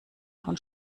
von